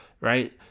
right